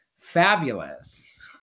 fabulous